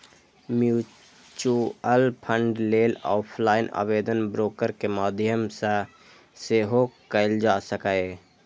mutual fund लेल offline आवेदन broker के माध्यम सं सेहो कैल जा सकैए